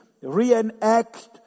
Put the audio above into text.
reenact